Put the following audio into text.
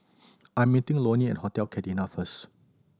I'm meeting Lonnie at Hotel first